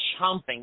chomping